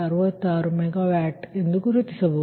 66 ಮೆಗಾವ್ಯಾಟ್ನ ಎಂದು ಗುರುತಿಸಬಹುದು